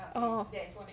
oh no